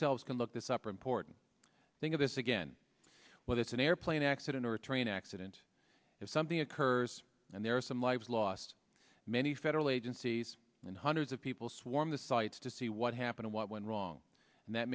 themselves can look this up are important think of this again whether it's an airplane accident or a train accident is something occurs and there are some lives lost many federal agencies and hundreds of people swarmed the sites to see what happened what went wrong and that